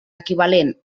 equivalent